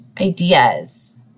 ideas